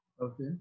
Okay